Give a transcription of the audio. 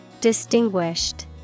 Distinguished